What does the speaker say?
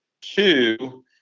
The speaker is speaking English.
Two